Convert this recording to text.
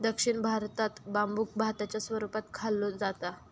दक्षिण भारतात बांबुक भाताच्या स्वरूपात खाल्लो जाता